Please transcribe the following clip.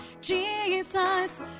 Jesus